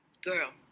Girl